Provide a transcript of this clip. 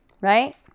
Right